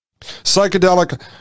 Psychedelic